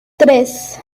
tres